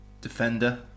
defender